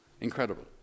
incredible